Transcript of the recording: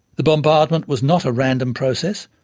the bombardment was not a random process,